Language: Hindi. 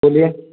चलिए